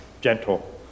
gentle